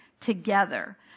together